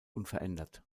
unverändert